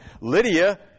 Lydia